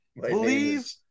Believe